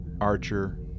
Archer